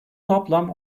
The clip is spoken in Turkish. toplam